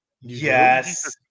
Yes